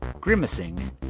grimacing